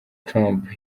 trump